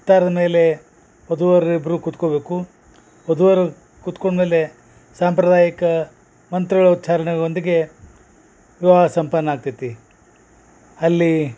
ಚಿತ್ತಾರದ ಮೇಲೆ ವಧು ವರರಿಬ್ರು ಕೂತ್ಕೊಬೇಕು ವದುವರರು ಕೂತ್ಕೊಂಡ ಮೇಲೆ ಸಾಂಪ್ರದಾಯಿಕ ಮಂತ್ರಗಳ ಉಚ್ಛಾರ್ಣೆಯೊಂದಿಗೆ ವಿವಾಹ ಸಂಪನ್ನ ಆಗ್ತೈತಿ ಅಲ್ಲಿ